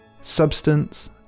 substance